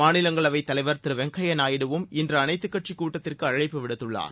மாநிலங்களவைத் தலைவர் திரு வெங்கையா நாயுடுவும்இன்று அனைத்து கட்சி கூட்டத்திற்கு அழைப்பு விடுத்துள்ளார்